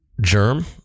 germ